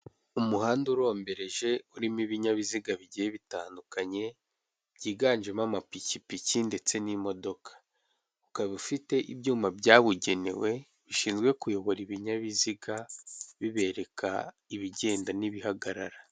Umuhanda urombereje urimo ibinyabiziga bigiye bitandukanye byiganjemo amapikipiki ndetse n'imodoka, ukaba ufite ibyuma byabugenewe bishinzwe kuyobora ibinyabiziga bibereka ibigenda n'ibihagarara.